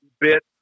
bit